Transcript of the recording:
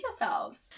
yourselves